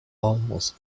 almost